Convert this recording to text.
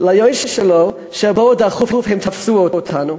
ליועץ שלו: בואו דחוף, הם תפסו אותנו.